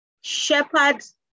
shepherds